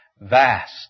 Vast